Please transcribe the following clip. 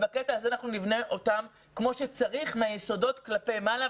וחשוב לבנות את זה כמו שצריך: מהיסודות כלפי מעלה.